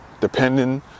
depending